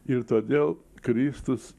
ir todėl kristus